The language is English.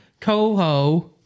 Coho